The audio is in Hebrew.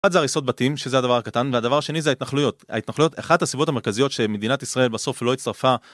זה הריסות בתים שזה הדבר הקטן והדבר השני זה התנחלויות ההתנחלות אחת הסיבות המרכזיות שמדינת ישראל בסוף לא הצטרפה